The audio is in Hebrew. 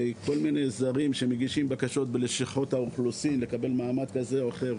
כל מיני זרים שמגישים בקשות בלשכות האוכלוסין לקבל מעמד כזה או אחר,